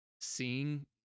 seeing